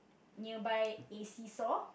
nearby a see saw